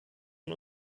von